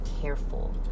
careful